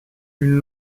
une